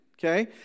Okay